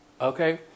Okay